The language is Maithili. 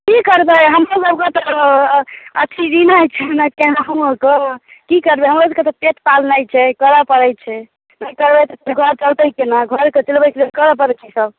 कि करबै हमरो सबके त अथी की करबै हमरो सबके तऽ पेट पालनाइ छै करै पड़ैत छै नहि करबै तऽ फेर घर चलतै केना घरके चलबैके लेल करै पड़ैत छै ईसब